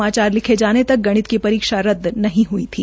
समाचार लिखे जाने तक गणित की परीक्षा रद्द नहीं हई थी